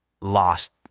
Lost